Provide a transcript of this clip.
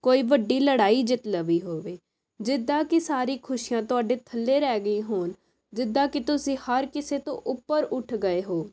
ਕੋਈ ਵੱਡੀ ਲੜਾਈ ਜਿੱਤ ਲਈ ਹੋਵੇ ਜਿੱਦਾਂ ਕਿ ਸਾਰੀ ਖੁਸ਼ੀਆਂ ਤੁਹਾਡੇ ਥੱਲੇ ਰਹਿ ਗਈ ਹੋਣ ਜਿੱਦਾਂ ਕਿ ਤੁਸੀਂ ਹਰ ਕਿਸੇ ਤੋਂ ਉੱਪਰ ਉੱਠ ਗਏ ਹੋ